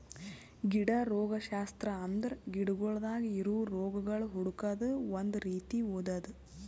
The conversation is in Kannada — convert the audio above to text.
ಗಿಡ ರೋಗಶಾಸ್ತ್ರ ಅಂದುರ್ ಗಿಡಗೊಳ್ದಾಗ್ ಇರವು ರೋಗಗೊಳ್ ಹುಡುಕದ್ ಒಂದ್ ರೀತಿ ಓದದು